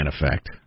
effect